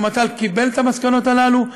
הרמטכ"ל קיבל את המסקנות הללו,